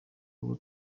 uwo